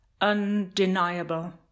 Undeniable